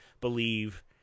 believe